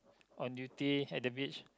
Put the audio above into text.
on duty at the beach